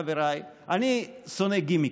חבריי: אני שונא גימיקים,